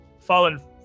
fallen